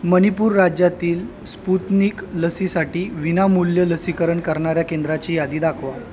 मणिपूर राज्यातील स्पुतनिक लसीसाठी विनामूल्य लसीकरण करणाऱ्या केंद्राची यादी दाखवा